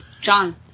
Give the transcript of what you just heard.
John